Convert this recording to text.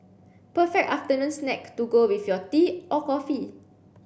perfect afternoon snack to go with your tea or coffee